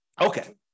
Okay